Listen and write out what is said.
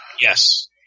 Yes